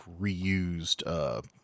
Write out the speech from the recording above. reused